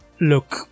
look